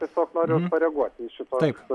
tiesiog noriu pareaguoti į šituos